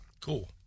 Cool